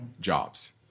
jobs